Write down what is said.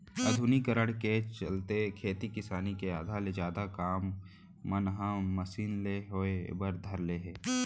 आधुनिकीकरन के चलते खेती किसानी के आधा ले जादा काम मन ह मसीन ले होय बर धर ले हे